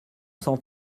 cent